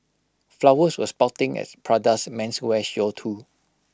flowers were sprouting at Prada's menswear show too